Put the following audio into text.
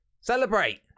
Celebrate